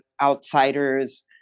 outsiders